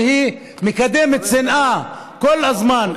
שמקדמת שנאה כל הזמן,